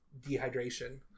dehydration